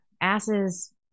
asses